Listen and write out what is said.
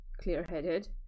clear-headed